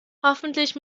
hoffentlich